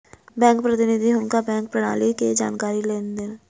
bank प्रतिनिधि हुनका bank प्रणाली के जानकारी देलैन